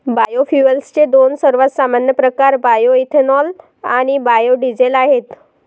बायोफ्युएल्सचे दोन सर्वात सामान्य प्रकार बायोएथेनॉल आणि बायो डीझेल आहेत